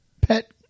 pet